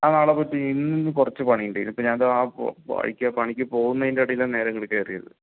ആ നാളെ പറ്റും ഇന്ന് കുറച്ച് പണി ഉണ്ട് ഇതിപ്പോൾ ഞാൻ ആ പോ പണിക്ക് പോകുന്നതിൻ്റെ ഇടയിലാണ് നേരം ഇങ്ങോട്ട് കയറിയത്